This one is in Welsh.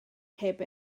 heb